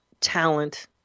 talent